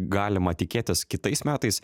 galima tikėtis kitais metais